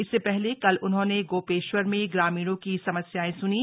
इससे पहले कल उन्होंने गोपेश्वर में ग्रामीणों की समस्याएं सुनीं